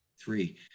three